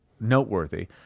noteworthy